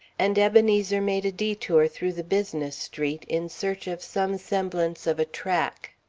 and ebenezer made a detour through the business street in search of some semblance of a track.